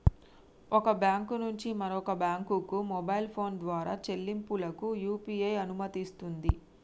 ఒక బ్యాంకు నుంచి మరొక బ్యాంకుకు మొబైల్ ఫోన్ ద్వారా చెల్లింపులకు యూ.పీ.ఐ అనుమతినిస్తుంది